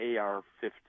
ar-15